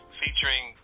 featuring